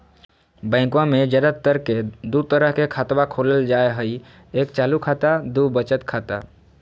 बैंकवा मे ज्यादा तर के दूध तरह के खातवा खोलल जाय हई एक चालू खाता दू वचत खाता